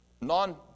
non